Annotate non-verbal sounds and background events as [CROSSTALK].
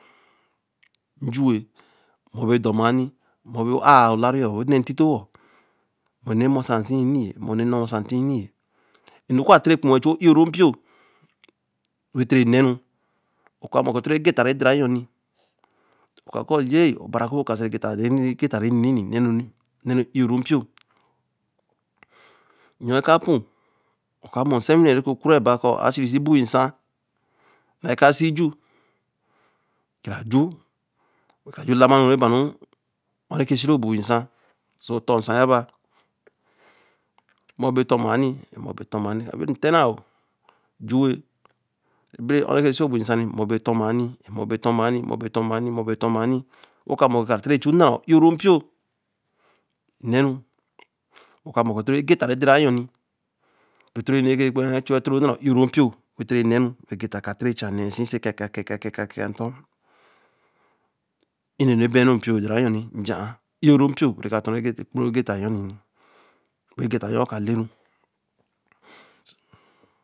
juweh, mo be dor nai, wen be ā ō la re yor, wen nee ti- torwah mo unr̄e mosa sie [HESITATION] e nu koō, te re chu l o ru nkpei, weh te re nee r, o ka mo koō to ro getta rede̱ ra yor, ca koō yei bari ato ka se [HESITATION] ne ru i o rō kpei, yol ka pei, o ka mo se wii nee ro ku re baā a cu a si re si boi nsan, na ka si ju, ka ra ju, ka re ju-la ma ru re ba ru- re ke si re boi nsan so dor nsan ya ba, mo be tor ma, mo be tor ma yeni nten ra o ju [HESITATION] ō ōr re ke si. mo be tor ma ya ni, mo be tor ma ya ni, mo be tor ma ya ni, mo be tor ma ya ni, wo ka mo kūr, ka te re chu na ra- m ir o ro nkpo na ru, wō ka mo kor e̳ getta re den ra yor ni, be to re enu chu na ra ii ō kpió, wen te re nēe ru, weh getta ca te re chā nēe sí, so ke ká ke ká tor, ii nne-nu bēyun ronkpio ī j̄ī ya āh ii o rūnkpio be re ka tor poiru ge tta, weh getta ka le ru.